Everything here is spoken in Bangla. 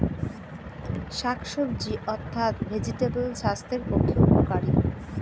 শাকসবজি অর্থাৎ ভেজিটেবল স্বাস্থ্যের পক্ষে উপকারী